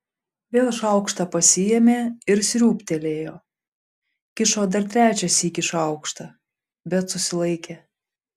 vėl šaukštą pasiėmė ir sriūbtelėjo kišo dar trečią sykį šaukštą bet susilaikė